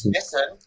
listen